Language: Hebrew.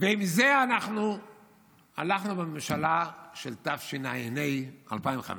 ועם זה אנחנו הלכנו בממשלה של תשע"ה, 2015,